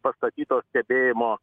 pastatytos stebėjimo